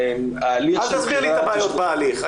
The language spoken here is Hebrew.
אל תסביר לי את הבעיות בהליך.